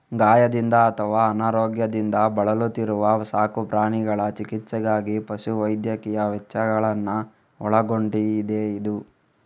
ಗಾಯದಿಂದ ಅಥವಾ ಅನಾರೋಗ್ಯದಿಂದ ಬಳಲುತ್ತಿರುವ ಸಾಕು ಪ್ರಾಣಿಗಳ ಚಿಕಿತ್ಸೆಗಾಗಿ ಪಶು ವೈದ್ಯಕೀಯ ವೆಚ್ಚಗಳನ್ನ ಒಳಗೊಂಡಿದೆಯಿದು